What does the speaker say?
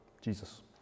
Jesus